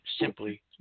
simply